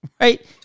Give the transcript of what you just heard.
right